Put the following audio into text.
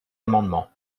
amendement